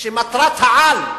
שמטרת-העל,